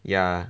ya